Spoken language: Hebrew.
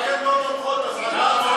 אתן לא לוקחות הזמנה,